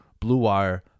BlueWire